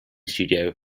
studio